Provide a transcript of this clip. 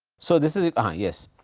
so, this is ah yes.